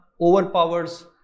overpowers